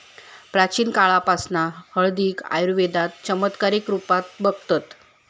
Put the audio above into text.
प्राचीन काळापासना हळदीक आयुर्वेदात चमत्कारीक रुपात बघतत